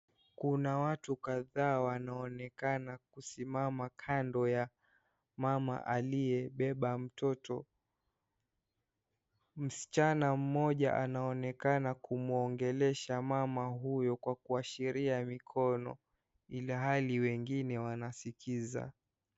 Kuna watu kadhaa wanaonekana kusimama kando ya mama aliyebeba mtoto. Msichana mmoja anonekana kumwongelesha mama huyo kwa kuashiria mikono ilhali wengine wanaskiza.